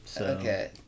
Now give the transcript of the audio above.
Okay